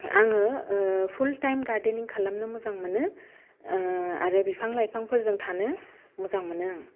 आंङो full time gardening खालामनो मोजां मोनो आरो बिफां लाइफां फोरजों थानो मोजां मोनो आं